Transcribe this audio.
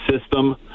system